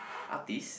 artist